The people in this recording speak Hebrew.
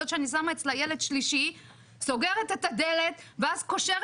זאת שאני שמה אצלה ילד שלישי סוגרת את הדלת ואז קושרת